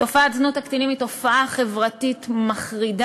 תופעת זנות הקטינים היא תופעה חברתית מחרידה.